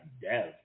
Dev